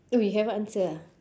uh we haven't answer ah